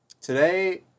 Today